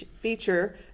feature